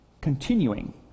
continuing